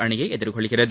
அணியை எதிர்கொள்கிறது